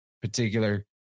particular